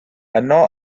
yno